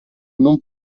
non